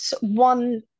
one